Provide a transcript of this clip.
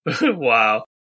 Wow